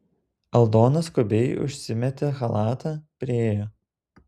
aldona skubiai užsimetė chalatą priėjo